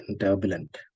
turbulent